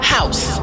House